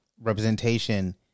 representation